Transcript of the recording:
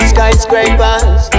Skyscrapers